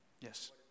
Yes